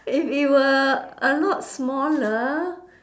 if it were a lot smaller